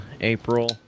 april